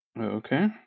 Okay